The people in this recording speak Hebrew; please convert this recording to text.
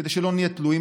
כדי שלא נהיה תלויים